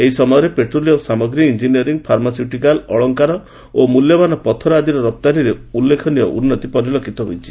ଏହି ସମୟରେ ପେଟ୍ରୋଲିୟମ ସାମଗ୍ରୀ ଇଞ୍ଜିନିୟରିଂ ଫାର୍ମାସିଟିକାଲ ଅଳଙ୍କାର ଓ ମୂଲ୍ୟବାନ ପଥର ଆଦିର ରପ୍ତାନୀରେ ଉଲ୍ଲ୍ଲେଖନୀୟ ଉନ୍ନତି ପରିଲକ୍ଷିତ ହୋଇଛି